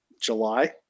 July